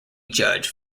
judge